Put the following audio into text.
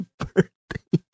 birthday